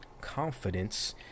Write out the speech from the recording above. confidence